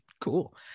cool